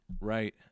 Right